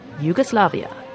Yugoslavia